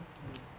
mm